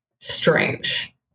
strange